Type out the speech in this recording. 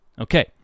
Okay